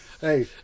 hey